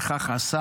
וכך עשה.